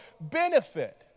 benefit